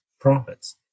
profits